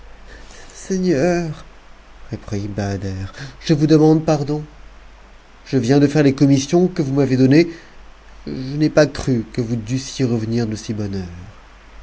seigneur reprit bahader je vous demande pardon je viens de faire les commissions que vous m'avez données je n ai pas cru que vous dussiez revenir de si bonne heure